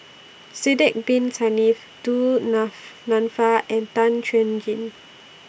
Sidek Bin Saniff Du Nanfa and Tan Chuan Jin